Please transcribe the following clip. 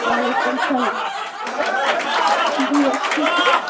وعلیکُم سلام أسۍ کٔر حَظ کرو ڈیٹ فِکٕس